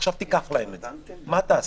עכשיו תיקח להם את זה, מה תעשה?